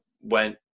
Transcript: went